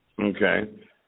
Okay